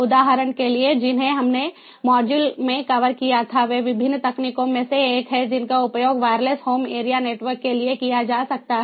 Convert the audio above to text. उदाहरण के लिए जिन्हें हमने मॉड्यूल में कवर किया था वे विभिन्न तकनीकों में से एक हैं जिनका उपयोग वायरलेस होम एरिया नेटवर्क के लिए किया जा सकता है